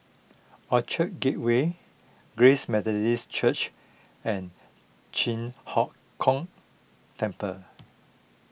Orchard Gateway Grace Methodist Church and Chi Hock Keng Temple